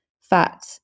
fat